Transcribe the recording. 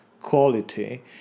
quality